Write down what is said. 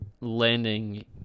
landing